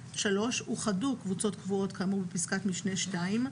אוחדו קבוצות קבועות כאמור בפסקת משנה (2),